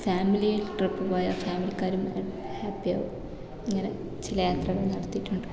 family trip പോയാൽ ഫാമിലിക്കാരും happy ആകും ഇങ്ങനെ ചില യാത്രകൾ നടത്തിയിട്ടുണ്ട്